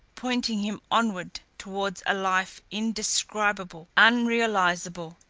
pointing him onwards towards a life indescribable, unrealisable.